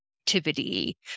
activity